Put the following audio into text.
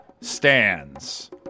stands